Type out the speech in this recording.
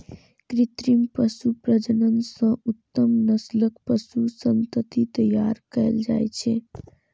कृत्रिम पशु प्रजनन सं उत्तम नस्लक पशु संतति तैयार कएल जाइ छै